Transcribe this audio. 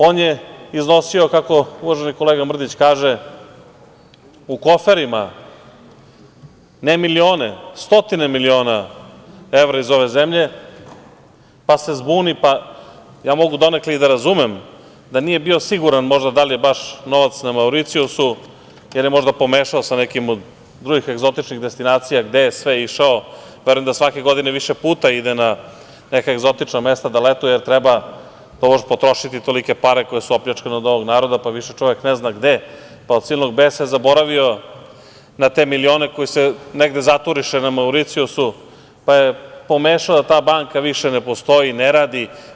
On je iznosio, kako uvaženi kolega Mrdić kaže, u koferima ne milione, stotine miliona evra iz ove zemlje, pa se zbuni, ja mogu donekle, i da razumem da nije bio siguran možda da li baš novac na Mauricijusu ili je možda pomešao sa nekim od drugih egzotičnih destinacija gde je sve išao, verujem da svake godine više puta ide na neka egzotična mesta da letuje, jer treba tobože potrošiti tolike pare koje su opljačkane od ovog naroda, pa više čovek ne zna gde, pa od silnog besa je zaboravio na te milione koji se negde zaturiše na Mauricijusu, pa je pomešao da ta banka više ne postoji, ne radi.